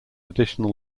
additional